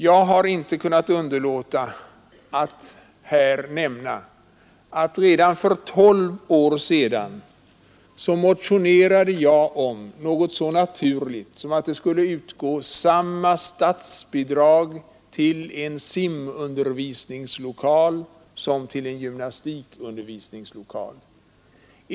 Jag kan inte underlåta att nämna att jag redan för tolv år sedan motionerade om något så naturligt som att samma statsbidrag skulle utgå till en simundervisningslokal som till en gymnastikundervisningslokal.